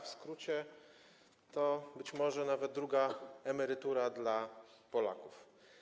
W skrócie to może być nawet druga emerytura dla Polaków.